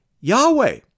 Yahweh